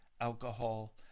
alcohol